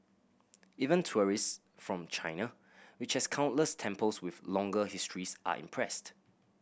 even tourist from China which has countless temples with longer histories are impressed